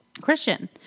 Christian